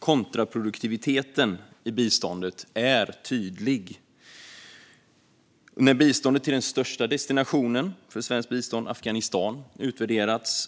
Kontraproduktiviteten i biståndet blir tydlig när biståndet till den största destinationen för svenskt bistånd, Afghanistan, utvärderas.